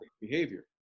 behavior